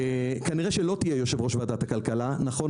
כנראה שלא תהיה יושב-ראש ועדת הכלכלה נכון